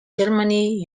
germany